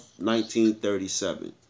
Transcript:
1937